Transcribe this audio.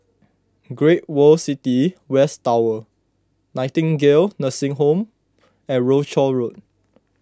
Great World City West Tower Nightingale Nursing Home and Rochor Road